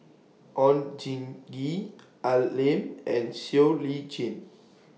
Oon Jin Gee Al Lim and Siow Lee Chin